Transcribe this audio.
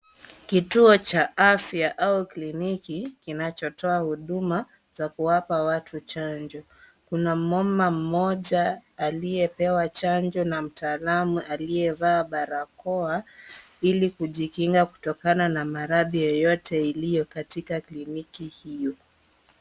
Kituo cha afya au kliniki kinachotoa huduma za kuwapa watu chanjo. Kuna mama mmoja aliyepewa chanjo na mtaalamu aliyevaa barakoa, ili kujikinga kutokana na maradhi yoyote iliyo katika kliniki hiyo.